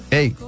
Hey